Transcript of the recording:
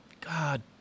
God